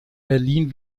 berlin